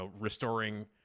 restoring